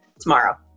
tomorrow